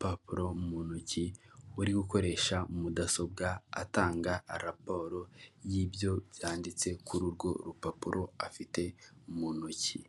parafo, mu rwego rwo kwirinda inyanyagira ry'ibicuruzwa bubatse akayetajeri ko mu biti ku buryo usanga buri gicuruzwa gipanze mu mwanya wacyo.